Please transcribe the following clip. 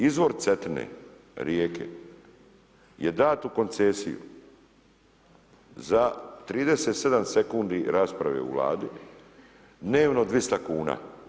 Izvor Cetine rijeke je dat u koncesiju za 37 sekundi rasprave u Vladi, dnevno 200 kuna.